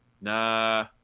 nah